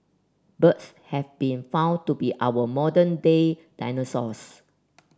birds have been found to be our modern day dinosaurs